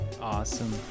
Awesome